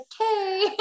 okay